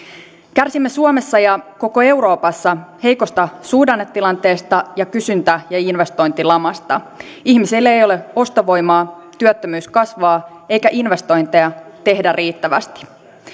kärsimme suomessa ja koko euroopassa heikosta suhdannetilanteesta ja kysyntä ja investointilamasta ihmisillä ei ole ostovoimaa työttömyys kasvaa eikä investointeja tehdä riittävästi